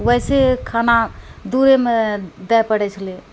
वइसे खाना दूरेमे दै पड़ै छलैहँ